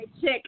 chick